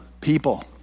people